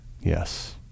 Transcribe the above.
Yes